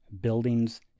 buildings